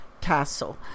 castle